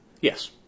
Yes